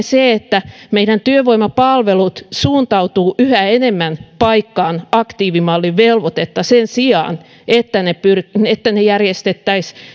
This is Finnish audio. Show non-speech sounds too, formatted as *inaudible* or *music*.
*unintelligible* se että meidän työvoimapalvelut suuntautuvat yhä enemmän paikkaamaan aktiivimallin velvoitetta sen sijaan että ne järjestettäisiin